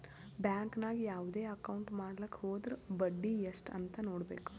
bank ನಾಗ್ ಯಾವ್ದೇ account ಮಾಡ್ಲಾಕ ಹೊದುರ್ ಬಡ್ಡಿ ಎಸ್ಟ್ ಅಂತ್ ನೊಡ್ಬೇಕ